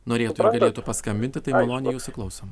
norėtų norėtų paskambinti tai malonai jūsų klausom